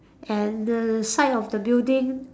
and the side of the building